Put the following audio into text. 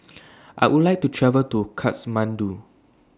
I Would like to travel to Kathmandu